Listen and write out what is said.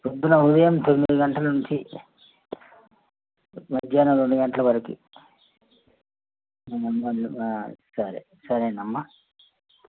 పోద్దున ఉదయం తొమ్మిది గంటల నుంచి మధ్యానం రెండు గంటల వరకు సరే సరేనమ్మా